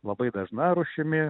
labai dažna rūšimi